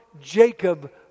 Jacob